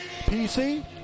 PC